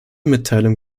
mitteilung